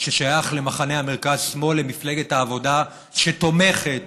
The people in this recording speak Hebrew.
ששייך למחנה המרכז-שמאל, למפלגת העבודה, שתומכת